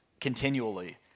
continually